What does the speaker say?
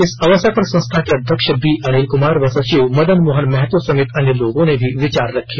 इस अवसर पर संस्था के अध्यक्ष बी अनिल कुमार व सचिव मदन मोहन महतो सहित अन्य लोगों ने भी विचार रखे